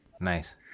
Nice